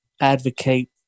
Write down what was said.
advocate